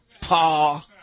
Paul